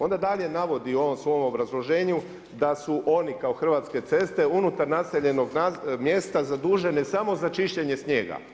Onda dalje navodi u ovom svom obrazloženju da su oni kao Hrvatske ceste unutar naseljenog mjesta zadužene samo za čišćenje snijega.